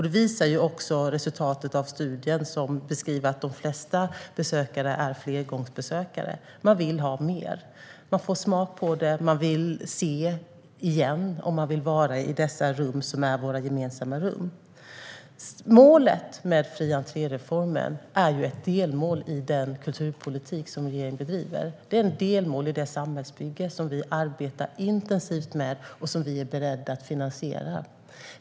Detta framgår också av resultatet av studien, som beskriver att de flesta besökare är flergångsbesökare. Man vill ha mer. Man får smak för det; man vill se igen, och man vill vara i dessa våra gemensamma rum. Målet med fri-entré-reformen är ett delmål i regeringens kulturpolitik och i det samhällsbygge som vi arbetar intensivt med och är beredda att finansiera.